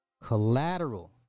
collateral